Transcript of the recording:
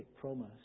promise